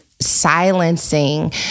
silencing